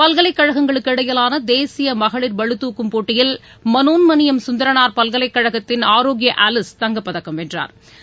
பல்கலைக் கழகங்களுக்கிடையிலானதேசியமகளி் பளுதூக்கும் போட்டியில் மனோன்மணியம் கந்தரனாா் பல்கலைக் கழகத்தின் ஆரோக்கியாஅலீஸ் தங்கப் பதக்கம் வென்றாா்